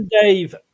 Dave